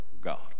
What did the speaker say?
God